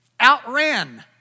outran